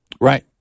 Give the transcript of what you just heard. Right